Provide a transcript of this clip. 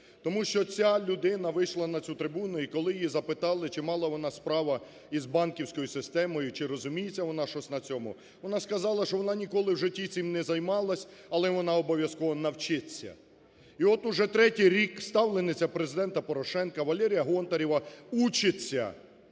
Тому що ця людина вийшла на цю трибуну і коли її запитали, чи мала вона справу із банківською системою, чи розуміється вона щось на цьому, вона сказала, що вона ніколи в житті цим не займалась, але вона обов'язково навчиться. І от уже третій рік ставлениця Президента Порошенка Валерія Гонтарева учиться,